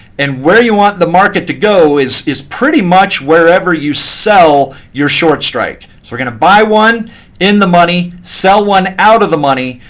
and where you want the market to go is pretty pretty much wherever you sell your short strike. so we're going to buy one in the money, sell one out of the money.